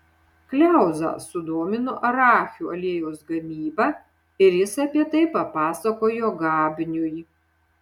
kliauzą sudomino arachių aliejaus gamyba ir jis apie tai papasakojo gabniui